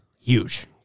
huge